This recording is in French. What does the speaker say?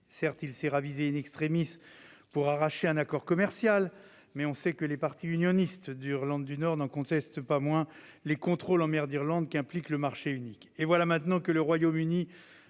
Certes, il s'est ravisé pour arracher un accord commercial, mais on sait que les partis unionistes d'Irlande du Nord n'en contestent pas moins les contrôles en mer d'Irlande qu'implique le marché unique. Et voilà maintenant que le Royaume-Uni